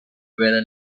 brother